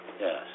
Yes